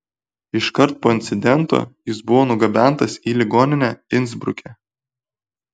iškart po incidento jis buvo nugabentas į ligoninę insbruke